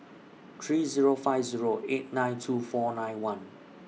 three Zero five Zero eight nine two four nine one